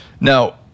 Now